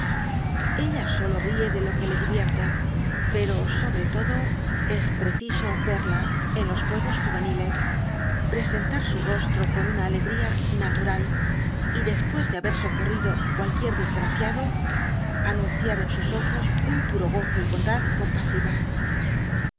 ella solo ríe de lo que le divierte pero sobre todo es preciso verla en los juegos juveniles presentar su rostro con una alegtia natural y después de haber socorrido cualquier desgraciado anunciar en sus ojos un puro gozo y bondad compasiva